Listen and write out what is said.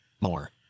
more